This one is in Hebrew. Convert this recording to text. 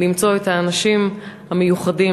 למצוא את האנשים המיוחדים,